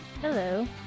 Hello